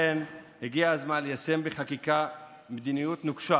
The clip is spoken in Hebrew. הגיע הזמן ליישם בחקיקה מדיניות נוקשה